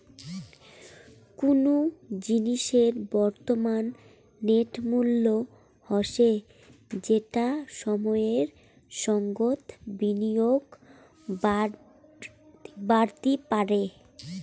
কুনো জিনিসের বর্তমান নেট মূল্য হসে যেটা সময়ের সঙ্গত বিনিয়োগে বাড়তি পারে